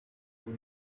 who